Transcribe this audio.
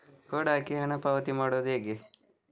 Code ಹಾಕಿ ಹಣ ಪಾವತಿ ಮಾಡೋದು ಹೇಗೆ?